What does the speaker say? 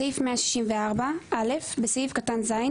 בסעיף 164 - בסעיף קטן (ז),